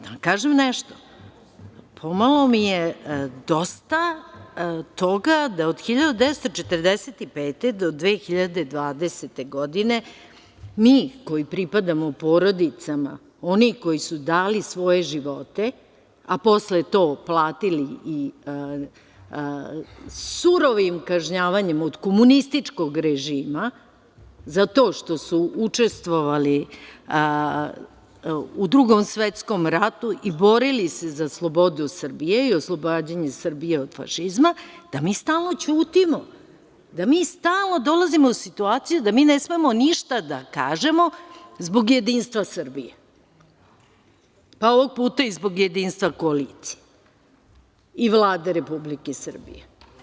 Da vam kažem nešto, pomalo mi je dosta toga da od 1945. do 2020. godine mi koji pripadamo porodicama onih koji su dali svoje živote, a posle to platili surovim kažnjavanjem od komunističkog režima za to što su učestvovali u Drugom svetskom ratu i borili se za slobodu Srbije i oslobađanje Srbije od fašizma, da mi stalno ćutimo, da mi stalno dolazimo u situaciju da mi ne smemo ništa da kažemo zbog jedinstva Srbije, pa ovog puta i zbog jedinstva koalicije i Vlade Republike Srbije.